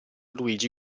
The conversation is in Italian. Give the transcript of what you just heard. luigi